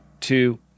two